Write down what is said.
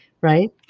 right